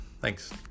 Thanks